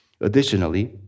additionally